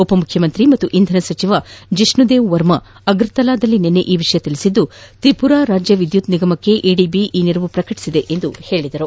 ಉಪಮುಖ್ಯಮಂತ್ರಿ ಹಾಗೂ ಇಂಧನ ಸಚಿವ ಜಿಷ್ಲುದೇವ್ ವರ್ಮಾ ಅಗರ್ತಲಾದಲ್ಲಿ ನಿನ್ನೆ ಈ ವಿಷಯ ತಿಳಿಸಿ ತ್ರಿಪುರಾ ರಾಜ್ಯ ವಿದ್ಯುತ್ ನಿಗಮಕ್ಕೆ ಎಡಿಬಿ ಈ ನೆರವು ಪ್ರಕಟಿಸಿದೆ ಎಂದು ಅವರು ತಿಳಿಸಿದರು